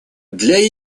для